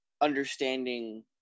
understanding